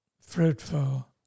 fruitful